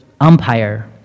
umpire